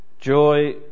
Joy